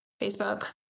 Facebook